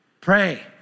pray